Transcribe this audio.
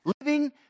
Living